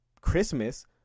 Christmas